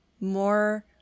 more